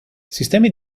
sistemi